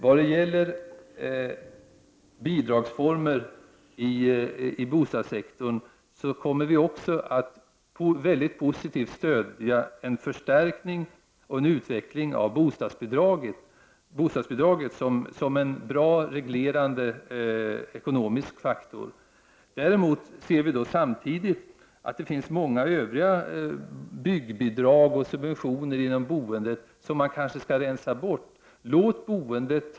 Vad gäller bidragsformer i bostadssektorn kommer vi också att väldigt positivt stödja en förstärkning och utveckling av bostadsbidraget som en bra reglerande ekonomisk faktor. Däremot ser vi samtidigt att det finns många övriga byggbidrag och subventioner inom boendet som man kanske skall rensa bort.